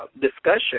discussion